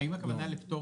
האם הכוונה לפטור